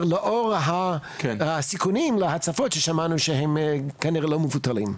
לאור הסיכונים להצפות ששמענו שהם כנראה לא מבוטלים?